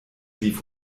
lief